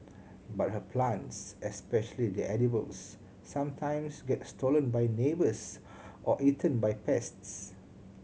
but her plants especially the edibles sometimes get stolen by neighbours or eaten by pests